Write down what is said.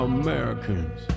americans